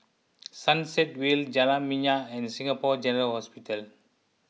Sunset Vale Jalan Minyak and Singapore General Hospital